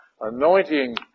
anointing